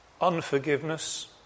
unforgiveness